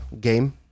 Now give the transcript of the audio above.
game